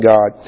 God